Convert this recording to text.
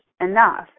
enough